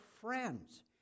friends